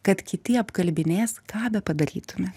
kad kiti apkalbinės ką bepadarytume